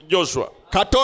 Joshua